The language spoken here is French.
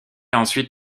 ensuite